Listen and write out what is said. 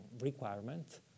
requirement